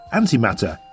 antimatter